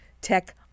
tech